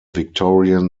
victorian